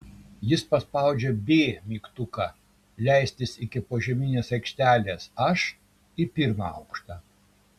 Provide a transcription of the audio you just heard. jis paspaudžia b mygtuką leistis iki požeminės aikštelės aš į pirmą aukštą